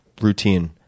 routine